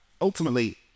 Ultimately